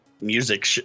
music